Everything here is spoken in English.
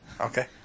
Okay